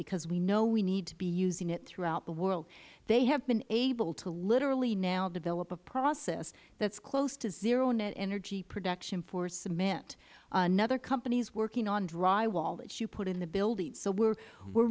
because we know we need to be using it throughout the world they have been able to literally now develop a process that is close to zero net energy production for cement another company is working on drywall that you put in the buildings so we are